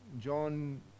John